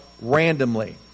randomly